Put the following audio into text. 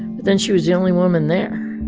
but then she was the only woman there.